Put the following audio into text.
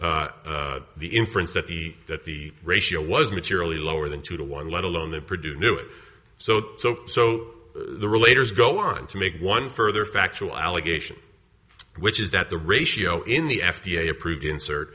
the inference that the that the ratio was materially lower than two to one let alone that produce knew it so so so the relator go on to make one further factual allegation which is that the ratio in the f d a approved insert